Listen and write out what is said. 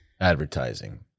Advertising